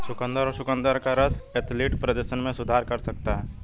चुकंदर और चुकंदर का रस एथलेटिक प्रदर्शन में सुधार कर सकता है